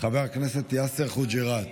חבר הכנסת יאסר חוג'יראת.